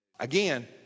Again